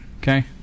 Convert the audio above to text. okay